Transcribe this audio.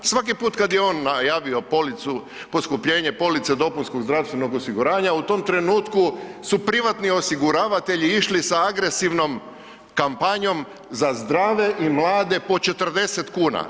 Svaki put kad je on najavio policu, poskupljenje police dopunskog zdravstvenog osiguranja u tom trenutku su privatni osiguravatelji išli sa agresivnom kampanjom za zdrave i mlade po 40 kuna.